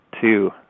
two